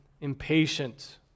impatient